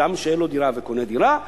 אדם שאין לו דירה וקונה דירה,